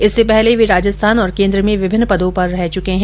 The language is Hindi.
इससे पहले वे राजस्थान और केन्द्र में विभिन्न पदों पर रह चुके है